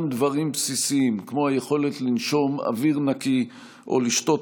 גם דברים בסיסיים כמו היכולת לנשום אוויר נקי או לשתות